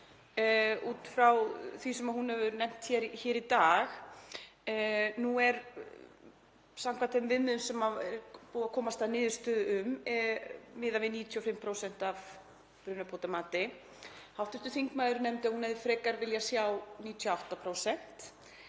út frá því sem hún hefur nefnt hér í dag, en nú er samkvæmt þeim viðmiðum sem búið er að komast að niðurstöðu um miðað við 95% af brunabótamati. Hv. þingmaður nefndi að hún hefði frekar viljað sjá 98%